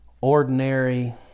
ordinary